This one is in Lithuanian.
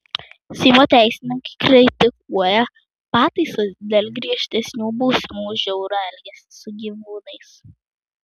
seimo teisininkai kritikuoja pataisas dėl griežtesnių bausmių už žiaurų elgesį su gyvūnais